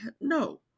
no